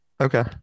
Okay